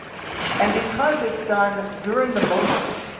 and because it's done during the motion,